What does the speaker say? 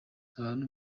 abantu